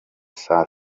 saa